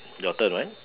your turn right